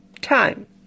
time